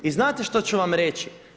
I znate što ću vam reći?